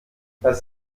was